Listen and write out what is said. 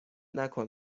نکن